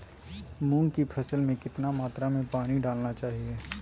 मूंग की फसल में कितना मात्रा में पानी डालना चाहिए?